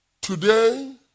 Today